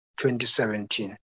2017